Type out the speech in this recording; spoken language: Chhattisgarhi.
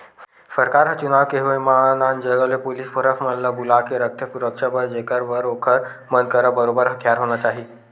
सरकार ह चुनाव के होय म आन आन जगा ले पुलिस फोरस मन ल बुलाके रखथे सुरक्छा बर जेखर बर ओखर मन करा बरोबर हथियार होना चाही